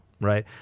Right